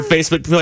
Facebook